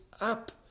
Up